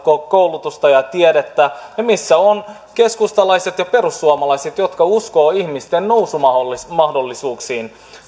koulutusta ja tiedettä ja missä ovat keskustalaiset ja perussuomalaiset jotka uskovat ihmisten nousumahdollisuuksiin